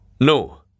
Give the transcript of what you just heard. No